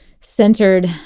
centered